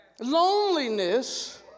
Loneliness